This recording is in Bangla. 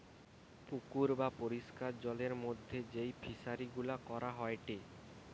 পুকুর বা পরিষ্কার জলের মধ্যে যেই ফিশারি গুলা করা হয়টে